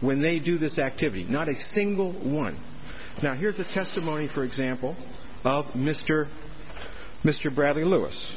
when they do this activity not a single one now here's the testimony for example mr mr bradley lewis